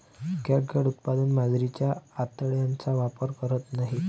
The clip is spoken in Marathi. कॅटगट उत्पादक मांजरीच्या आतड्यांचा वापर करत नाहीत